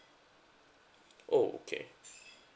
oh okay